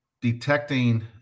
detecting